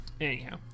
Anyhow